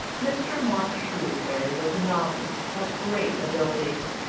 mr. mark shrewsbury was a novelist of great ability.